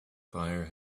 fire